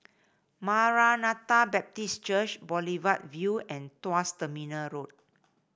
Maranatha Baptist Church Boulevard Vue and Tuas Terminal Road